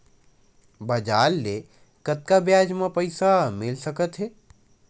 बजार ले कतका ब्याज म पईसा मिल सकत हे?